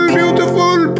beautiful